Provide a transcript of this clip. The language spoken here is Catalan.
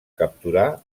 capturar